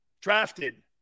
drafted